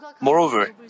Moreover